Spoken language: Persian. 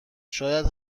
شاید